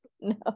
no